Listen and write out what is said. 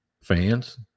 fans